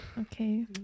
Okay